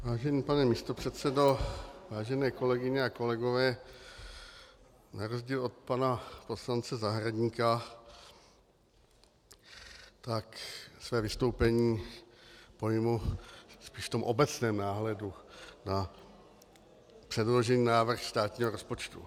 Vážený pane místopředsedo, vážené kolegyně a kolegové, na rozdíl od pana poslance Zahradníka své vystoupení pojmu spíše v tom obecném náhledu na předložený návrh státního rozpočtu.